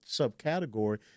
subcategory –